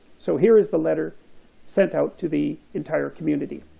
so here is the letter sent out to the entire community